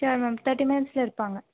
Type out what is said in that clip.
sure ma'am thirty மினிட்ஸ்ல இருப்பாங்கள்